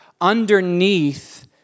underneath